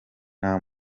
nta